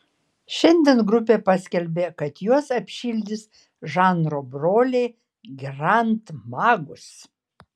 šiandien grupė paskelbė kad juos apšildys žanro broliai grand magus